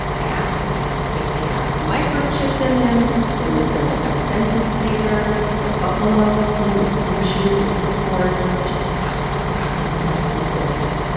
i asked dan if they have microchips in them or is there, like, a census taker for buffalo? someone with snowshoes and a clipboard just knock, knock, knocking on bisons' doors?